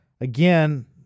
again